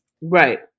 Right